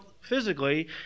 physically